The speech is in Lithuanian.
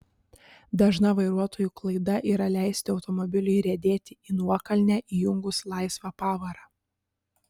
dažna vairuotojų klaida yra leisti automobiliui riedėti į nuokalnę įjungus laisvą pavarą